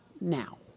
now